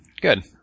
Good